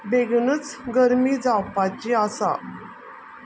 बेगीनूच गरमी जावपाची आसा